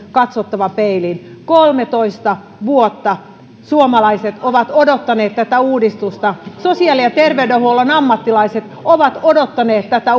katsottava peiliin kolmetoista vuotta suomalaiset ovat odottaneet tätä uudistusta sosiaali ja terveydenhuollon ammattilaiset ovat odottaneet tätä